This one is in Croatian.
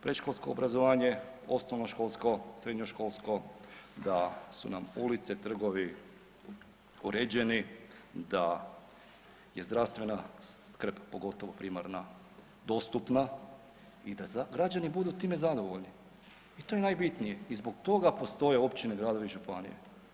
Predškolsko obrazovanje, osnovnoškolsko, srednjoškolsko, da su nam ulice, trgovi uređeni, da je zdravstvena skrb pogotovo primarna dostupna i da građani time budu zadovoljni i to je najbitnije i zbog toga postoje općine, gradovi i županije.